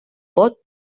pot